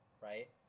right